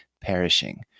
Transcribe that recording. perishing